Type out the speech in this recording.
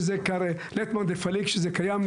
שזה --- שזה קיים,